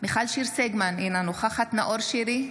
מיכל שיר סגמן, אינה נוכחת נאור שירי,